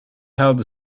held